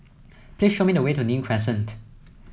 please show me the way to Nim Crescent